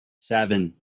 seven